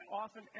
often